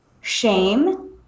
shame